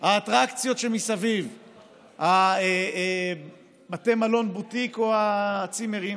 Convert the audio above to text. האטרקציות שמסביב, בתי מלון בוטיק או צימרים